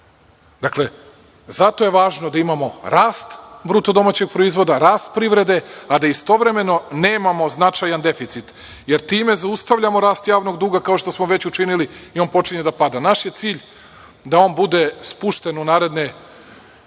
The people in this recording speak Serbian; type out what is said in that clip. rasti. Dakle, zato je važno da imamo rast BDP, rast privrede, a da istovremeno nemamo značajan deficit, jer time zaustavljamo rast javnog duga kao što smo već učinili i on počinje da pada. Naš je cilj da on bude spušten u naredne